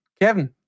Kevin